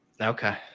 Okay